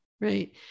right